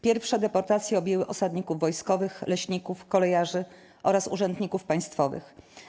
Pierwsze deportacje objęły osadników wojskowych, leśników, kolejarzy oraz urzędników państwowych.